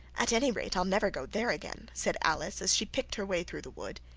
at any rate i'll never go there again said alice as she picked her way through the wood.